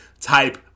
type